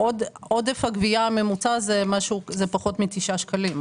עודף הגבייה הממוצע זה פחות מתשעה שקלים,